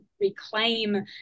reclaim